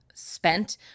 spent